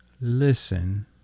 listen